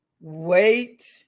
wait